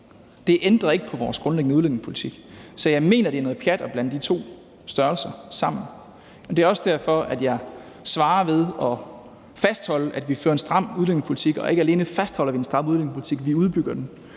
Det ændrer ikke på vores grundlæggende udlændingepolitik, så jeg mener, det er noget pjat at blande de to størrelser sammen. Det er også derfor, jeg svarer ved at fastholde, at vi fører en stram udlændingepolitik. Og ikke alene fastholder vi en stram udlændingepolitik, vi udbygger den